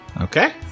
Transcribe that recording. Okay